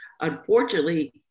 unfortunately